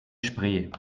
spree